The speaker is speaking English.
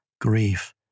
grief